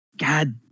God